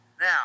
Now